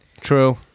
True